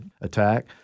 attack